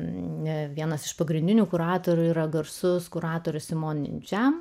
vienas iš pagrindinių kuratorių yra garsus kuratorius